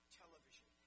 television